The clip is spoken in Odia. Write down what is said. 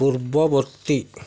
ପୂର୍ବବର୍ତ୍ତୀ